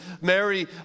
Mary